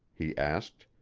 he asked,